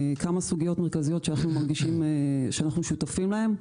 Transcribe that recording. כמה סוגיות מרכזיות שאנחנו שותפים להם,